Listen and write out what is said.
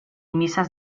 misas